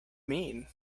mean